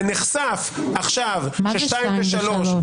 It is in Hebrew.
ונחשף עכשיו --- מה זה הרמות השנייה והשלישית?